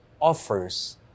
offers